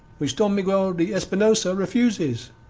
which don miguel de espinosa refuses.